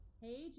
Hey